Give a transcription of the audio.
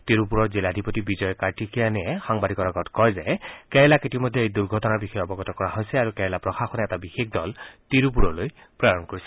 তিৰুপুৰৰ জিলাধিপতি বিজয় কাৰ্তিকেয়ানে সাংবাদিকৰ আগত কয় যে কেৰালাক ইতিমধ্যে এই দুৰ্ঘটনাৰ বিষয়ে অৱগত কৰা হৈছে আৰু কেৰালা প্ৰশাসনে এটা বিশেষ দল তিৰুপুবলৈ প্ৰেৰণ কৰিছে